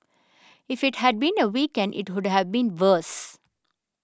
if it had been a weekend it would have been worse